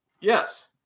Yes